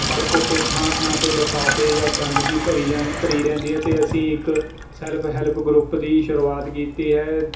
ਸੜ੍ਹਕ ਉੱਤੇ ਥਾਂ ਥਾਂ 'ਤੇ ਲਿਫਾਫੇ ਜਾਂ ਗੰਦਗੀ ਭਰੀ ਜਾਨ ਭਰੀ ਰਹਿੰਦੀ ਹੈ ਅਤੇ ਅਸੀਂ ਇੱਕ ਸੈਲਫ ਹੈਲਪ ਗਰੁੱਪ ਦੀ ਸ਼ੁਰੂਆਤ ਕੀਤੀ ਹੈ